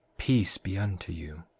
peace be unto you,